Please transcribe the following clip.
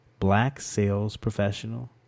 blacksalesprofessional